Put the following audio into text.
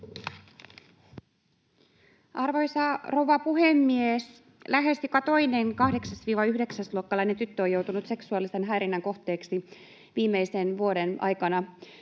Arvoisa rouva puhemies! Lähes joka toinen 8.—9.-luokkalainen tyttö on joutunut seksuaalisen häirinnän kohteeksi viimeisen vuoden aikana.